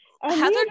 Heather